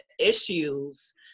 issues